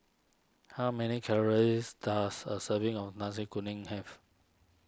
how many calories does a serving of Nasi Kuning have